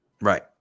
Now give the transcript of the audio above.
Right